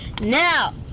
Now